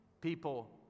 people